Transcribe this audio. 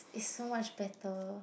it's so much better